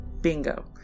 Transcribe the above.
Bingo